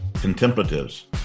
contemplatives